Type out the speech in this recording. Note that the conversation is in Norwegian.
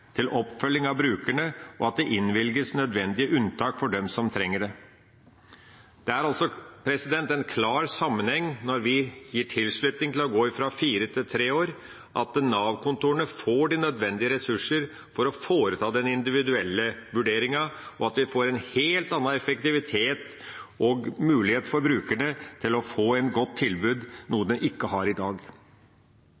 til oppfølging av brukerne, og at det innvilges nødvendige unntak for dem som trenger det. Det er altså en klar sammenheng når vi gir tilslutning til å gå fra fire til tre år, at Nav-kontorene får de nødvendige ressurser for å foreta den individuelle vurderingen, og at vi får en helt annen effektivitet og mulighet for brukerne til å få et godt tilbud, noe